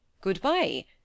Good-bye